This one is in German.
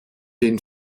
den